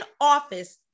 office